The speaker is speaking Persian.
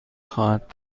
خواهد